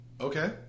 Okay